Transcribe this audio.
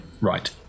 Right